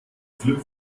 flip